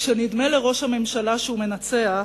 כשנדמה לראש הממשלה שהוא מנצח,